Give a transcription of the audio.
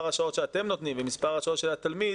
השעות שאתם נותנים ומספר השעות של התלמיד,